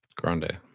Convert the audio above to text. Grande